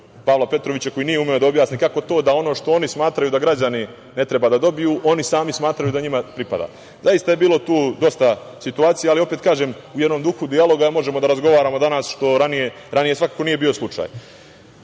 Pavla Petrovića koji nije umeo da objasni kako to da ono što oni smatraju da građani ne treba da dobiju oni sami smatraju da njima pripada. Zaista je tu bilo dosta situacija, ali, opet kažem, u jednom duhu dijaloga možemo da razgovaramo danas, što ranije svakako nije bio slučaj. Takođe,